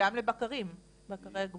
גם לבקרי גבול.